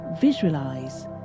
visualize